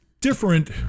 different